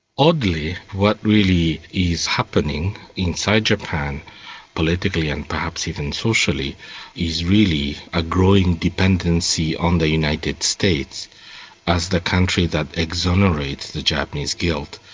oddly what really is happening inside japan politically and perhaps even socially is really a growing dependency on the united states as the country that exonerates the japanese guilt.